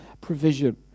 provision